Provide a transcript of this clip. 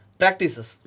practices